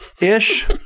ish